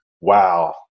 wow